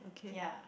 ya